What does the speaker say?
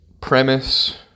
premise